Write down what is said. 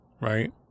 right